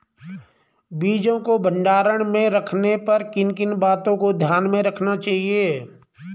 बीजों को भंडारण में रखने पर किन किन बातों को ध्यान में रखना चाहिए?